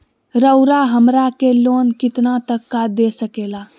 रउरा हमरा के लोन कितना तक का दे सकेला?